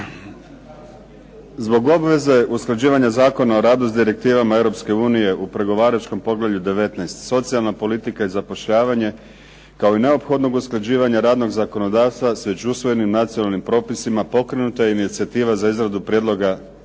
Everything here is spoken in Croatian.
Zbog obveza usklađivanja Zakona o radu s direktivama Europske unije u pregovaračkom poglavlju 19. – Socijalna politika i zapošljavanje kao i neophodnog usklađivanja radnog zakonodavstva sa već usvojenim nacionalnim propisima pokrenuta je inicijativa za izradu Prijedloga